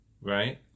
Right